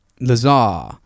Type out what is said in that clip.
Lazar